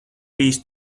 bijis